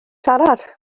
siarad